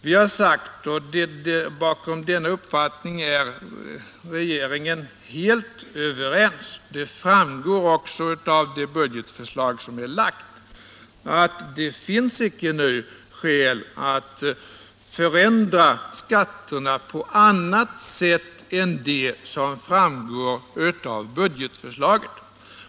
Vi har sagt — och därom är regeringen helt överens — att det icke nu finns skäl att förändra skatterna på annat sätt än det som framgår av budgetförslaget.